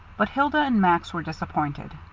but hilda and max were disappointed.